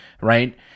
Right